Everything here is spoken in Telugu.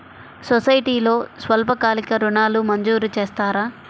సొసైటీలో స్వల్పకాలిక ఋణాలు మంజూరు చేస్తారా?